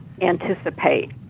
anticipate